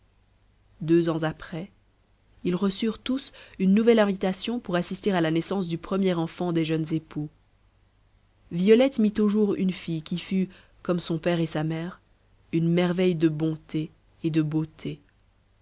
deux ans après ils reçurent tous une nouvelle invitation pour assister à la naissance du premier enfant des jeunes époux violette mit au jour une fille qui fut comme son père et sa mère une merveille de bonté et de beauté